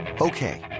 Okay